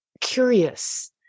curious